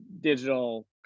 digital